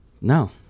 No